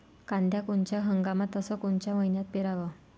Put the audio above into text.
कांद्या कोनच्या हंगामात अस कोनच्या मईन्यात पेरावं?